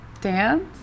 dance